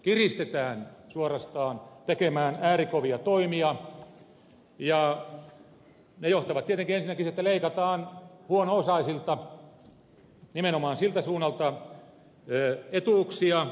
kiristetään suorastaan tekemään äärikovia toimia ja ne johtavat tietenkin ensinnäkin siihen että leikataan huono osaisilta nimenomaan siltä suunnalta etuuksia